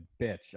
bitch